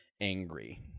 angry